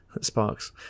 Sparks